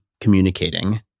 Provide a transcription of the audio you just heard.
communicating